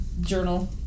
journal